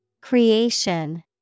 Creation